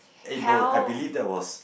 eh no I believe that was